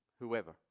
whoever